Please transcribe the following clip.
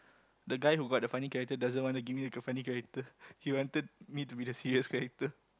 the guy who got the funny character doesn't want to give me the funny character he wanted me to be the serious character